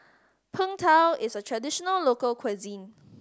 Png Tao is a traditional local cuisine